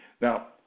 now